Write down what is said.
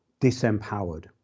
disempowered